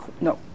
No